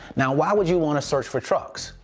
now, why would you wanna search for trucks?